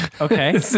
Okay